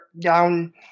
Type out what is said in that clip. down